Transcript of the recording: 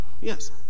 yes